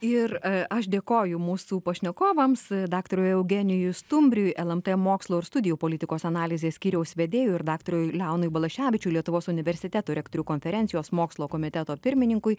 ir aš dėkoju mūsų pašnekovams daktarui eugenijui stumbriui lmt mokslo ir studijų politikos analizės skyriaus vedėjui ir daktarui leonui balaševičiui lietuvos universitetų rektorių konferencijos mokslo komiteto pirmininkui